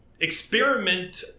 experiment